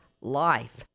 life